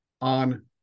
on